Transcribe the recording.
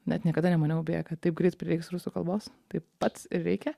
bet niekada nemaniau kad taip greit prireiks rusų kalbos taip bac ir reikia